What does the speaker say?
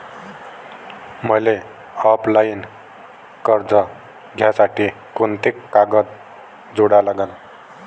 मले ऑफलाईन कर्ज घ्यासाठी कोंते कागद जोडा लागन?